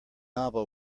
novel